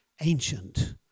ancient